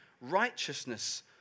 righteousness